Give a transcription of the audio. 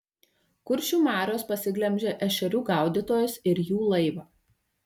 kuršių marios pasiglemžė ešerių gaudytojus ir jų laivą